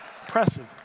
Impressive